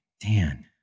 Dan